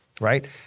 Right